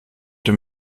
dem